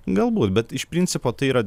galbūt bet iš principo tai yra